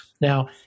Now